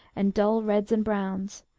and dull reds and browns,